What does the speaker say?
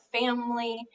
family